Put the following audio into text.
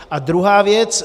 A druhá věc.